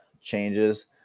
changes